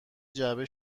جعبه